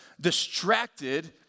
distracted